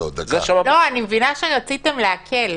אני מבינה שרציתם להקל.